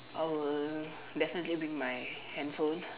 I will definitely bring my handphone